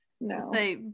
no